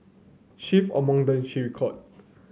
chief among them she recall